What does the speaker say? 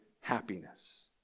happiness